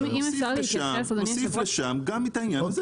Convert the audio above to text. תוסיף לשם גם את העניין הזה.